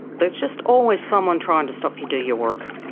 there's just always someone trying to stop you do your work.